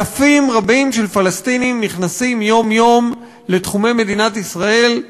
אלפים רבים של פלסטינים נכנסים יום-יום לתחומי מדינת ישראל,